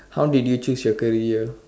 how did you choose your career